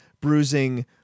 bruising